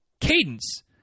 cadence